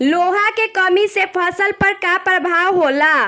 लोहा के कमी से फसल पर का प्रभाव होला?